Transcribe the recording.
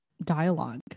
dialogue